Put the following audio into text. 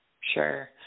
Sure